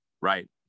right